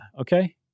Okay